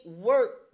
work